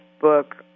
book